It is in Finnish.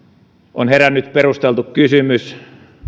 on herännyt perusteltu kysymys